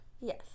Yes